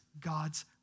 God's